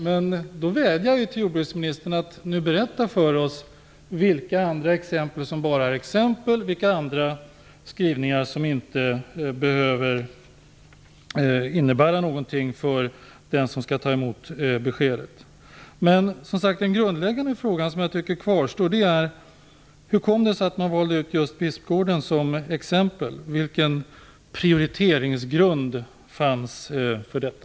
Jag vädjar till jordbruksministern att berätta för oss vilka skrivningar som bara är exempel och vilka andra skrivningar som inte behöver innebära någonting för den som skall ta emot beskedet. Den grundläggande frågan kvarstår. Hur kom det sig att man valde just Bispgården som exempel? Vilken prioriteringsgrund fanns för detta?